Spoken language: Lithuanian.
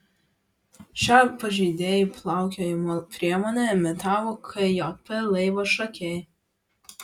šią pažeidėjų plaukiojimo priemonę imitavo kjp laivas šakiai